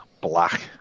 black